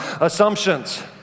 Assumptions